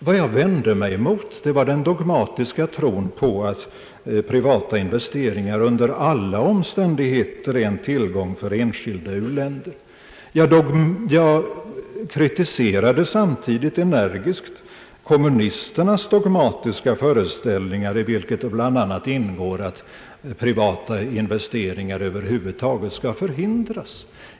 Vad jag vände mig mot var den dogmatiska tron på att privata investeringar under alla omständigheter är en tillgång för enskilda u-länder. Jag kritiserade samtidigt energiskt kommunisternas dogmatiska föreställningar där det bl.a. ingår att privata investeringar över huvud taget skall förhindras.